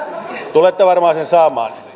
tulette varmaan sen saamaan